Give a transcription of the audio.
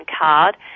card